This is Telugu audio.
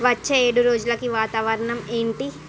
వచ్చే ఏడు రోజులకి వాతావరణం ఏంటి